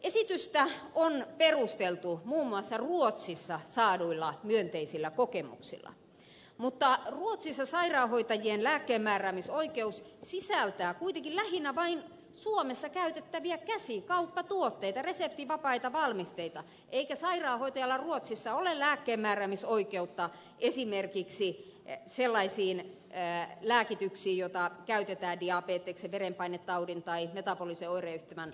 esitystä on perusteltu muun muassa ruotsissa saaduilla myönteisillä kokemuksilla mutta ruotsissa sairaanhoitajien lääkkeenmääräämisoikeus sisältää kuitenkin lähinnä vain suomessa käytettäviä käsikauppatuotteita reseptivapaita valmisteita eikä sairaanhoitajalla ruotsissa ole lääkkeenmääräämisoikeutta esimerkiksi sellaisiin lääkityksiin joita käytetään diabeteksen verenpainetaudin tai metabolisen oireyhtymän hoidossa